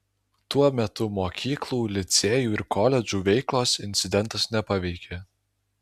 tuo metu mokyklų licėjų ir koledžų veiklos incidentas nepaveikė